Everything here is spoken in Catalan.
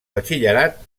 batxillerat